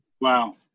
Wow